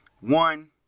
one